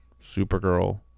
Supergirl